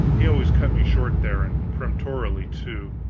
he always cut me short there, and peremptorily, too.